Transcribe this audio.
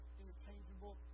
interchangeable